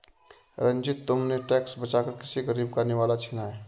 रंजित, तुमने टैक्स बचाकर किसी गरीब का निवाला छीना है